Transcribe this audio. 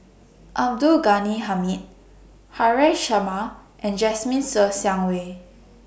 Abdul Ghani Hamid Haresh Sharma and Jasmine Ser Xiang Wei